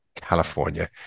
California